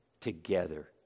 together